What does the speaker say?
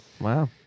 wow